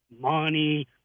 money